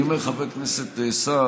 אני אומר, חבר הכנסת סעד,